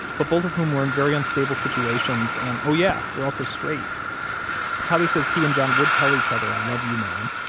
but both of whom were in very unstable situations and, oh yeah, were also straight tyler says he and john would tell each other, i love you, man,